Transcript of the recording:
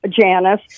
Janice